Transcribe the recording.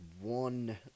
one